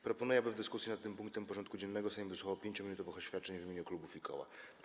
Proponuję, aby w dyskusji nad tym punktem porządku dziennego Sejm wysłuchał 5-minutowych oświadczeń w imieniu klubów i koła.